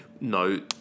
No